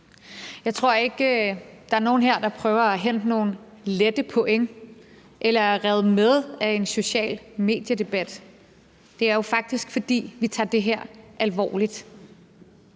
Jeg tror ikke, der er nogen her, der prøver at hente nogle lette point eller er revet med af en sociale medier-debat. Det er jo faktisk, fordi vi tager det her alvorligt.